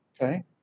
Okay